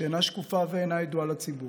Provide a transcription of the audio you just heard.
שאינה שקופה ואינה ידועה לציבור,